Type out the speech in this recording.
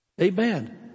Amen